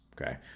okay